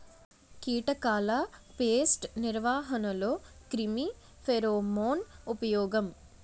కీటకాల పేస్ట్ నిర్వహణలో క్రిమి ఫెరోమోన్ ఉపయోగం